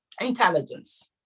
intelligence